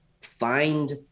find